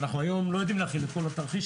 אנחנו לא יודעים היום להכיל את כל התרחיש